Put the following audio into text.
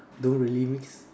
don't really mix